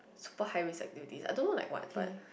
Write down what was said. super high risk activities I don't know like what but